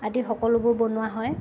আদি সকলোবোৰ বনোৱা হয়